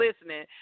listening